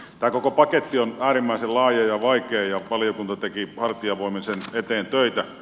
tämä koko paketti on äärimmäisen laaja ja vaikea ja valiokunta teki hartiavoimin sen eteen töitä